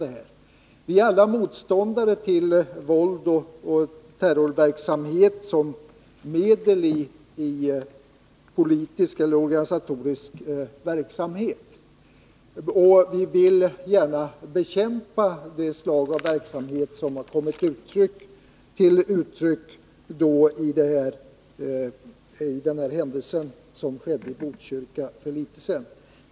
Vi är alla motståndare till våld och terrorverksamhet som medel i den politiska eller organisatoriska verksamheten, och vi vill gärna bekämpa det slag av verksamhet som kommit till uttryck i händelsen i Botkyrka för en tid sedan.